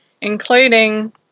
including